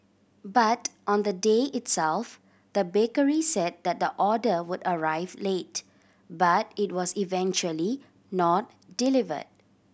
but on the day itself the bakery said that the order would arrive late but it was eventually not delivered